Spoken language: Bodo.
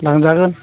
लांजागोन